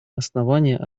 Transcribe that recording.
основания